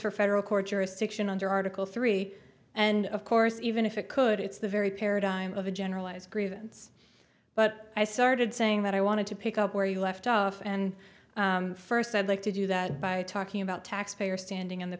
for federal court jurisdiction under article three and of course even if it could it's the very paradigm of a generalized grievance but i started saying that i wanted to pick up where you left off and first i'd like to do that by talking about taxpayer standing in the